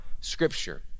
Scripture